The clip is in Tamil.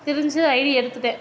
திரிஞ்சு ஐடியை எடுத்துவிட்டேன்